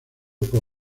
por